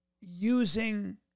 Using